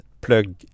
plug